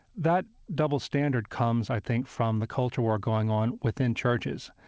that double standard comes, i think, from the culture war going on within churches.